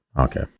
Okay